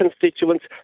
constituents